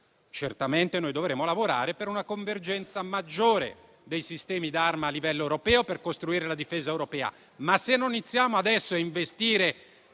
Certamente noi dovremo lavorare per una convergenza maggiore dei sistemi d'arma a livello europeo e costruire la difesa europea.